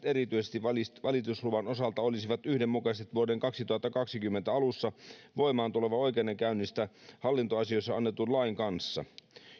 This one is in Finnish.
erityisesti valitusluvan osalta olisivat yhdenmukaiset vuoden kaksituhattakaksikymmentä alussa voimaan tulevan oikeudenkäynnistä hallintoasioissa annetun lain kanssa